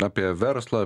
apie verslą